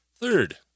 Third